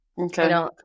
Okay